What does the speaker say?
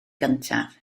gyntaf